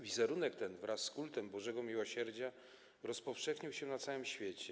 Wizerunek ten wraz z kultem bożego miłosierdzia rozpowszechnił się na całym świecie.